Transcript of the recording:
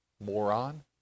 Moron